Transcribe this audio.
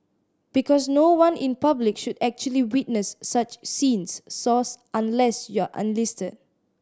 because no one in public should actually witness such scenes Source Unless you're enlisted